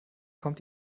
kommt